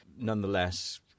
Nonetheless